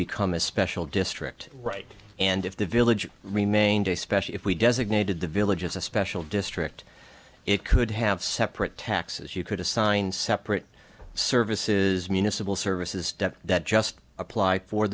become a special district right and if the village remained especially if we designated the village as a special district it could have separate taxes you could assign separate services municipal services dept that just apply for